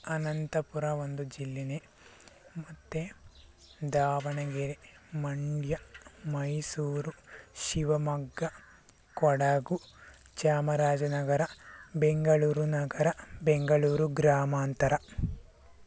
ಅನಂತಪುರ ಒಂದು ಜಿಲ್ಲೆನೆ ಮತ್ತು ದಾವಣಗೆರೆ ಮಂಡ್ಯ ಮೈಸೂರು ಶಿವಮೊಗ್ಗ ಕೊಡಗು ಚಾಮರಾಜನಗರ ಬೆಂಗಳೂರು ನಗರ ಬೆಂಗಳೂರು ಗ್ರಾಮಾಂತರ